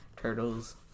turtles